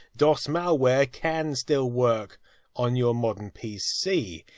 dos malware, can still work on your modern pc.